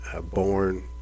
born